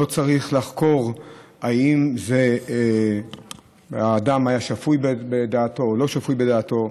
לא צריך לחקור אם האדם היה שפוי בדעתו או לא שפוי בדעתו.